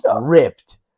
ripped